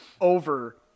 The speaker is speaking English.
over